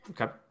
okay